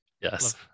Yes